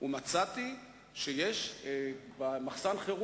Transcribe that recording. זאת האמת, אי-אפשר לקחת אותה מסגן-אלוף